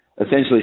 essentially